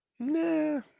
Nah